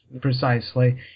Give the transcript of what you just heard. precisely